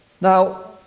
Now